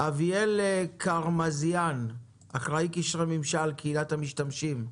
אביאל קרמזיאן, אחראי קשרי ממשל קהילת המשתמשים.